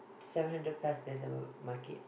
seven hundred plus there the market